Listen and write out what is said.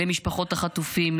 למשפחות החטופים,